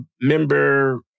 member